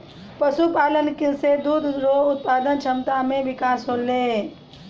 पशुपालन से दुध रो उत्पादन क्षमता मे बिकास होलै